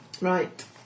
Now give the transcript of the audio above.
Right